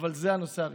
אבל זה הנושא הראשון.